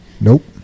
Nope